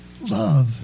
love